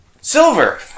Silver